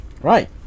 Right